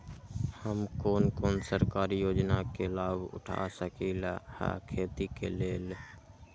हम कोन कोन सरकारी योजना के लाभ उठा सकली ह खेती के लेल?